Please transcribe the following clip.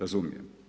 Razumijem.